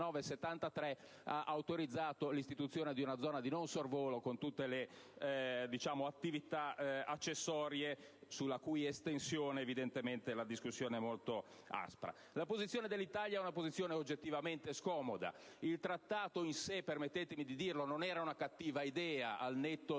ha autorizzato l'istituzione di una zona di non sorvolo con tutte le attività accessorie, sulla cui estensione evidentemente la discussione è molto aspra. La posizione dell'Italia è oggettivamente scomoda. Il trattato in sé -permettetemi di dirlo - non era una cattiva idea, al netto